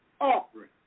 offering